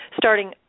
starting